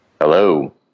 Hello